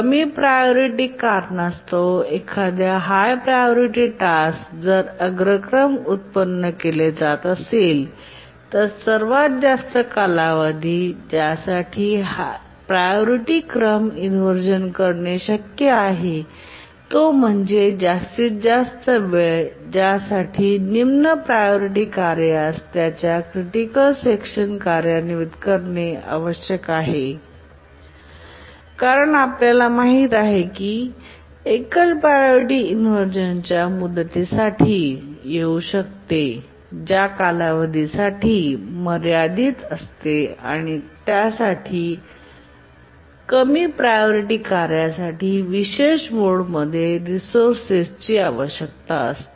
कमी प्रायोरिटी कारणास्तव एखाद्या हाय प्रायोरिटी टास्क जर अग्रक्रम उत्पन्न केले जात असेल तर सर्वात जास्त कालावधी ज्यासाठी प्रायोरिटी क्रम इनव्हर्जन करणे शक्य आहे तो म्हणजे जास्तीत जास्त वेळ ज्यासाठी निम्न प्रायोरिटी कार्यास त्याच्या क्रिटिकल सेक्शन कार्यान्वित करणे आवश्यक आहे कारण आपल्याला माहित आहे की एकल प्रायोरिटी इनव्हर्जन एका मुदती साठी येऊ शकते ज्या कालावधी साठी मर्यादित असते ज्यासाठी कमी प्रायोरिटी कार्यासाठी विशेष मोडमध्ये रिसोर्सेस ची आवश्यकता असते